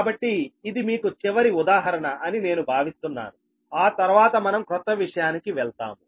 కాబట్టి ఇది మీకు చివరి ఉదాహరణ అని నేను భావిస్తున్నానుఆ తర్వాత మనం క్రొత్త విషయానికి వెళ్తాము